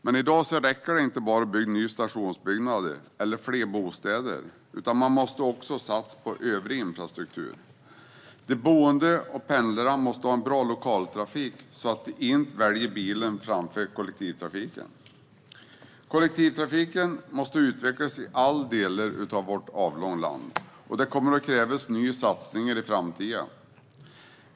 Men i dag räcker det inte att bara bygga nya stationsbyggnader eller fler bostäder. Man måste också satsa på övrig infrastruktur. De boende och pendlarna måste ha en bra lokaltrafik, så att de inte väljer bilen framför kollektivtrafiken. Kollektivtrafiken måste utvecklas i alla delar av vårt avlånga land, och det kommer att krävas nya satsningar i framtiden.